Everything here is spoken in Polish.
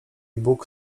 bug